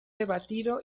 debatido